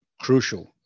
crucial